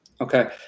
Okay